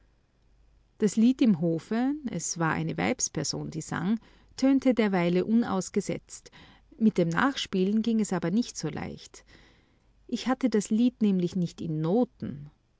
das lied im hofe es war eine weibsperson die sang tönte derweile unausgesetzt mit dem nachspielen ging es aber nicht so leicht ich hatte das lied nämlich nicht in noten